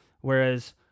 Whereas